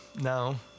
no